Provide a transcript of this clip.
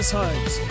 homes